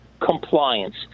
compliance